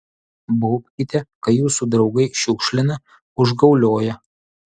baubkite kai jūsų draugai šiukšlina užgaulioja